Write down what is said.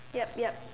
yup yup